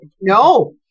No